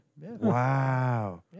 Wow